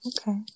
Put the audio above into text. okay